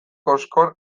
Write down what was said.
kozkor